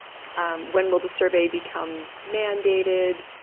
um when will the survey become mandated?